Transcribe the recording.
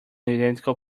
identical